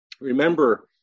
Remember